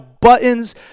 buttons